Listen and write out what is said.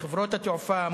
לחברות התעופה,